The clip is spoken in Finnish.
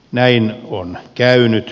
näin on käynyt